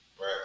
right